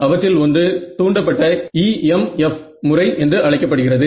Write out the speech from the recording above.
அவற்றில் ஒன்று தூண்டப்பட்ட EMF முறை என்று அழைக்கப்படுகிறது